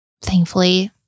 thankfully